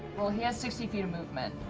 well, he has sixty feet of movement,